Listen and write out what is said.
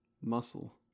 Muscle